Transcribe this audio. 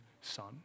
Son